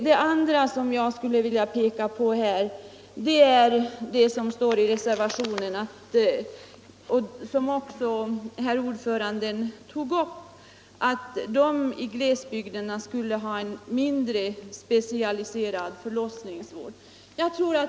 Den andra sak som jag skulle vilja peka på är det som står i reservationen och som även utskottets ordförande tog upp, nämligen att människorna i glesbygder skulle ha tillgång till en mindre specialiserad förlossningsvård.